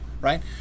Right